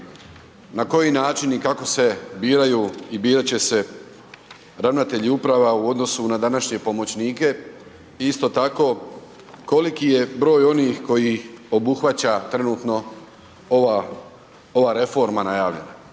Na koji način i kako se biraju i birat će se ravnatelji uprava u odnosu na današnje pomoćnike? I isto tako, koliki je broj onih koji obuhvaća trenutno ova reforma najavljena?